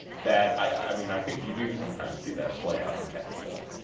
that i mean, i think you do sometimes see that play out on capitol hill.